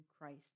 Christ